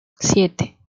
siete